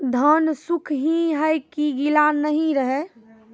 धान सुख ही है की गीला नहीं रहे?